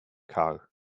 car